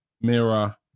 mirror